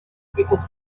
because